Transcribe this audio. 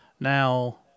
Now